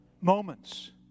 moments